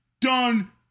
done